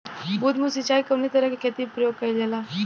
बूंद बूंद सिंचाई कवने तरह के खेती में प्रयोग कइलजाला?